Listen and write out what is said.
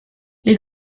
les